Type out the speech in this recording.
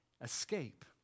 escape